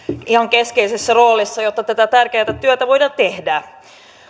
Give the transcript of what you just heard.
ihan keskeisessä roolissa jotta tätä tärkeätä työtä voidaan tehdä